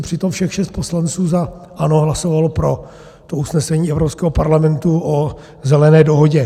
Přitom všech šest poslanců za ANO hlasovalo pro to usnesení Evropského parlamentu o Zelené dohodě.